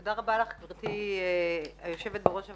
תודה רבה לך גברתי היושבת בראש הוועדה.